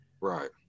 Right